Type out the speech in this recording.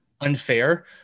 unfair